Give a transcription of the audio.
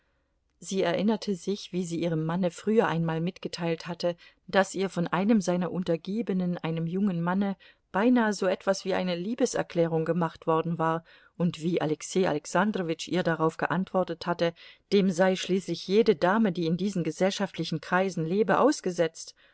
sie erinnerte sich wie sie ihrem manne früher einmal mitgeteilt hatte daß ihr von einem seiner untergebenen einem jungen manne beinahe so etwas wie eine liebeserklärung gemacht worden war und wie alexei alexandrowitsch ihr darauf geantwortet hatte dem sei schließlich jede dame die in diesen gesellschaftlichen kreisen lebe ausgesetzt